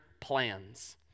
plans